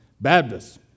Baptists